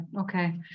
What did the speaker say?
Okay